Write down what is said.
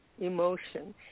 emotion